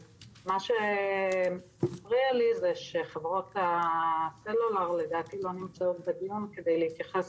אז מה שמפריע לי זה שחברות הסלולר לדעתי לא נמצאות בדיון כדי להתייחס